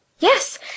Yes